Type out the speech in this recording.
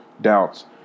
doubts